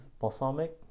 balsamic